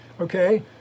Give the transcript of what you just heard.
Okay